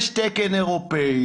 יש תקן אירופאי,